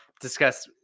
discuss